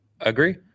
Agree